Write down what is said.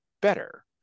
better